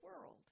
world